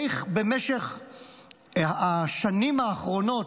איך במשך השנים האחרונות,